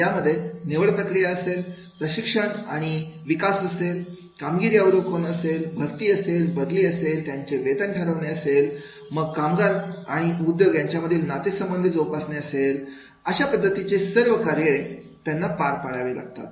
यामध्ये निवड प्रक्रिया असेल प्रशिक्षण आणि विकास असेल कामगिरी अवलोकन असेल भरती असेल बदली असेल त्यांचे वेतन ठरवणे असेल मग कामगार आणि उद्योग यांच्यामध्ये नातेसंबंध जोपासणे असेल अशा पद्धतीची सर्व कार्य त्यांनी पार पाडणे अपेक्षित असते